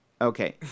Okay